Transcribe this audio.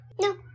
No